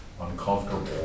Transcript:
uncomfortable